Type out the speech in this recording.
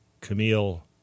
Camille